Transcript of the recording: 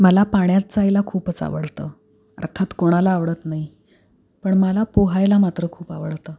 मला पाण्यात जायला खूपच आवडतं अर्थात कोणाला आवडत नाही पण मला पोहायला मात्र खूप आवडतं